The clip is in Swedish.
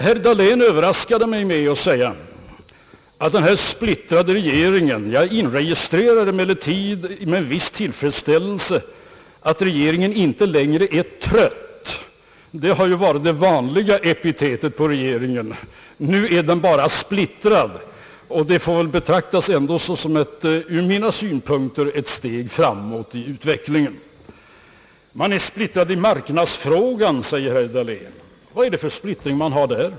Herr Dahlén överraskade mig med att tala om den »splittrade» regeringen. Jag inregistrerar med en viss tillfredsställelse att regeringen inte längre är »trött», vilket ju har varit det vanliga epitetet på regeringen. Nu är den bara splittrad, vilket väl ändå ur min synvinkel får betraktas såsom ett steg framåt i utvecklingen. Regeringen är splittrad i marknadsfrågan, säger herr Dahlén. Vad är det för splittring där?